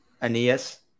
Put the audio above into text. Aeneas